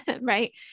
right